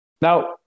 Now